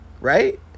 right